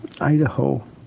Idaho